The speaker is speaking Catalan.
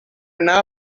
anar